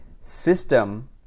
system